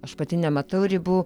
aš pati nematau ribų